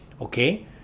okay